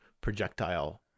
projectile